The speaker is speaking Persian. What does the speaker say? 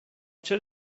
چرا